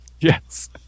Yes